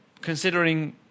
considering